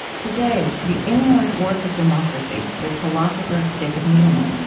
today, the inward work of democracy with philosopher jacob needleman